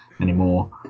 anymore